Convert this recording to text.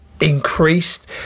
increased